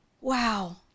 Wow